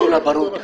זה הכול.